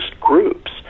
groups